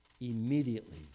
Immediately